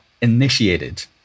initiated